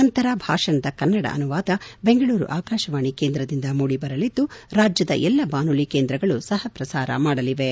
ನಂತರ ಭಾಷಣದ ಕನ್ನಡ ಅನುವಾದ ಬೆಂಗಳೂರು ಆಕಾಶವಾಣಿ ಕೇಂದ್ರದಿಂದ ಮೂಡಿಬರಲಿದ್ದು ರಾಜ್ಯದ ಎಲ್ಲ ಬಾನುಲಿ ಕೇಂದ್ರಗಳು ಸಹ ಪ್ರಸಾರ ಮಾಡಲಿವೆ